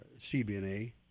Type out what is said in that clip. cbna